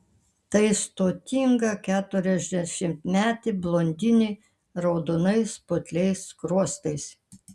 tai stotinga keturiasdešimtmetė blondinė raudonais putliais skruostais